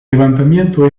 levantamiento